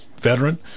veteran